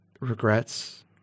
regrets